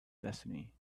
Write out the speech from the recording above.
destiny